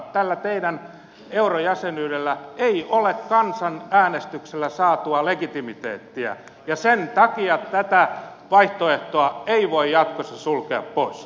tällä teidän eurojäsenyydellä ei ole kansanäänestyksellä saatua legitimiteettiä ja sen takia tätä vaihtoehtoa ei voi jatkossa sulkea pois